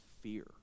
fear